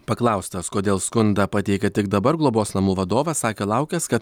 paklaustas kodėl skundą pateikė tik dabar globos namų vadovas sakė laukęs kad